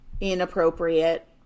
inappropriate